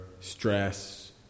stress